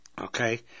Okay